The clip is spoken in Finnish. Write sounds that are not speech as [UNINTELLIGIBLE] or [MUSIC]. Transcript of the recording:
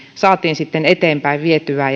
saatiin eteenpäin vietyä [UNINTELLIGIBLE]